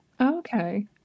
okay